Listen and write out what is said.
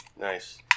Nice